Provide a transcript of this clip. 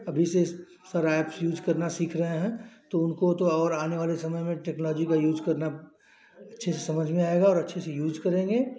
अभी से सारा एप्स यूज़ करना सीख रहे हैं तो उनको तो और आने वाले समय में टेक्नोलाॅजी का यूज़ करना अच्छे से समझ में आएगा और अच्छे से यूज़ करेंगे